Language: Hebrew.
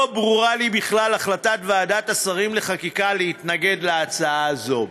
לא ברורה לי בכלל החלטת ועדת השרים לחקיקה להתנגד להצעה הזו.